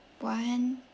one